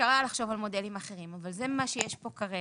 אפשר היה לחשוב על מודלים אחרים אבל זה מה שיש כאן כרגע.